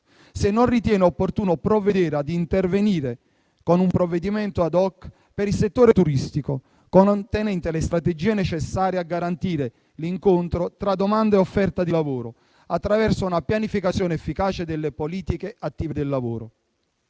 se non ritenga opportuno intervenire con un provvedimento *ad hoc* per il settore turistico, contenente le strategie necessarie a garantire l'incontro tra domanda e offerta di lavoro, attraverso una pianificazione efficace delle politiche attive del lavoro,